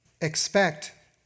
expect